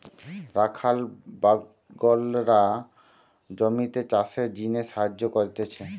রাখাল বাগলরা জমিতে চাষের জিনে সাহায্য করতিছে